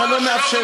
אתה לא מאפשר,